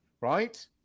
Right